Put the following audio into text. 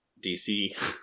DC